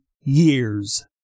years